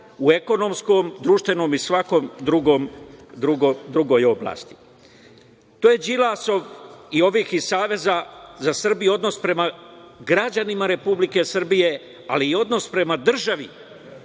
u ekonomskom, društvenom i svakoj drugoj oblasti. To je Đilasov i ovih iz Saveza za Srbiju, odnos prema građanima Republike Srbije, ali odnos prema državi